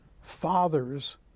father's